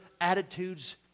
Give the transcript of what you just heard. attitudes